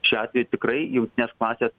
šiuo atveju tikrai jungtinės klasės